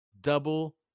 double